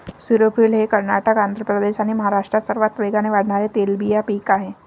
सूर्यफूल हे कर्नाटक, आंध्र प्रदेश आणि महाराष्ट्रात सर्वात वेगाने वाढणारे तेलबिया पीक आहे